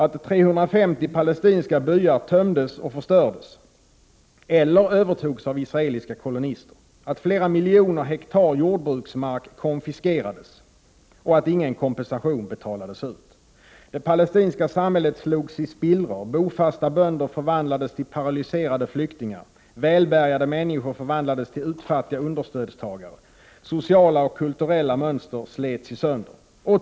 350 palestinska byar tömdes och förstördes eller övertogs av israeliska kolonister. Flera miljoner hektar jordbruksmark konfiskerades utan att någon kompensation betalades ut. Prot. 1988/89:24 Det palestinska samhället slogs i spillror. Bofasta bönder förvandlades till 15 november 1988 paralyserade flyktingar. Välbärgade människor förvandlades till utfattiga understödstagare. Sociala och kulturella mönster slets sönder.